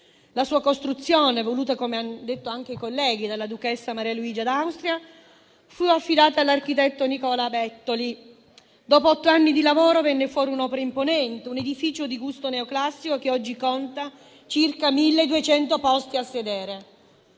La sua costruzione, voluta - come hanno detto i colleghi - della duchessa Maria Luigia d'Austria, fu affidata all'architetto Nicola Bettoli; dopo otto anni di lavoro venne fuori un'opera imponente, un edificio di gusto neoclassico che oggi conta circa 1.200 posti a sedere.